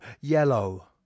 yellow